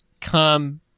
come